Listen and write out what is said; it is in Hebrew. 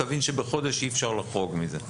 תבין שבחודש אי אפשר לחרוג מזה.